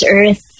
Earth